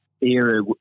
era